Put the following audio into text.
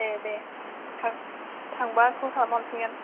ए दे था थांबा खल खालामहरफिनगोन